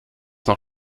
noch